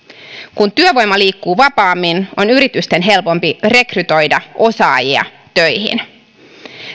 kun työvoima liikkuu vapaammin on yritysten helpompi rekrytoida osaajia töihin